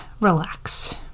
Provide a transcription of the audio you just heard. relax